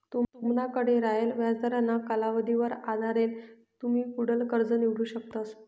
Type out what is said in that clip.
तुमनाकडे रायेल व्याजदरना कालावधीवर आधारेल तुमी पुढलं कर्ज निवडू शकतस